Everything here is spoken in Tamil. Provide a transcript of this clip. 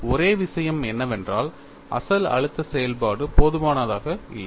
ஒரே விஷயம் என்னவென்றால் அசல் அழுத்த செயல்பாடு போதுமானதாக இல்லை